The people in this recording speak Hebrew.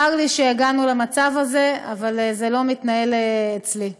צר לי שהגענו למצב הזה, אבל זה לא מתנהל אצלי.